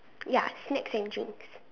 ya snacks and drinks